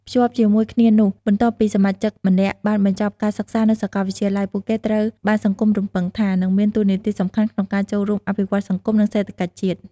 ភ្ជាប់ជាមួយគ្នានោះ បន្ទាប់ពីសមាជិកម្នាក់បានបញ្ចប់ការសិក្សានៅសាកលវិទ្យាល័យ ពួកគេត្រូវបានសង្គមរំពឹងថា នឹងមានតួនាទីសំខាន់ក្នុងការចូលរួមអភិវឌ្ឍសង្គម និងសេដ្ឋកិច្ចជាតិ។